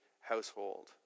household